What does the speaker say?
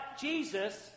Jesus